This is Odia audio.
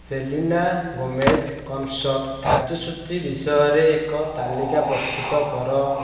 ସେଲିନା ଗୋମେଜ କନସର୍ଟ କାର୍ଯ୍ୟସୂଚୀ ବିଷୟରେ ଏକ ତାଲିକା ପ୍ରସ୍ତୁତ କର